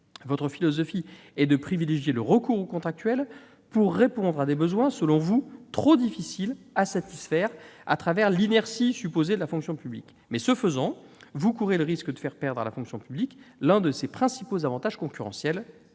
Votre philosophie est de privilégier le recours aux contractuels pour répondre à des besoins qui sont, selon vous, trop difficiles à satisfaire à cause de l'inertie supposée de la fonction publique. Mais ce faisant, vous courez le risque de faire perdre à la fonction publique l'un de ses principaux avantages concurrentiels